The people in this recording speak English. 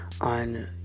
on